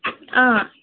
अँ